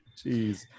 Jeez